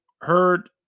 heard